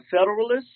Federalists